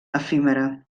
efímera